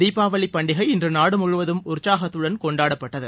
தீபாவளி பண்டிகை இன்று நாடு முழுவதும் உற்சாகத்துடன் கொண்டாடப்பட்டது